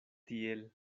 tiel